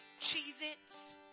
Cheez-Its